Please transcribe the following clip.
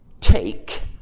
take